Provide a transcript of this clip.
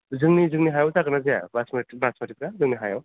जोंनि जोंनि हायाव जागोन ना जाया बासमतिफ्रा जोंनि हायाव